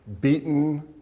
beaten